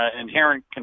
inherent